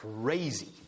crazy